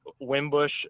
Wimbush